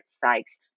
Sykes